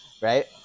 Right